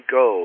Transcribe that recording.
go